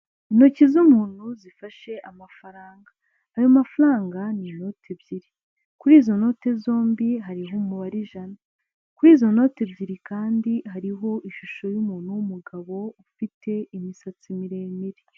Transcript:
Intoki z'umuntu zifashe amafaranga, ayo mafaranga ni inoti ebyiri, kuri izo note zombi hariho umubare ijana, kuri izo noti ebyiri kandi hariho ishusho'umuntu w'umugabo ufite imisatsi miremire.